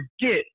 forget